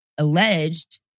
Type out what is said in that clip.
alleged